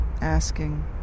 asking